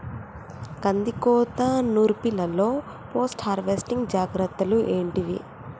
కందికోత నుర్పిల్లలో post harvesting జాగ్రత్తలు ఏంటివి?